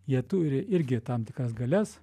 jie turi irgi tam tikras galias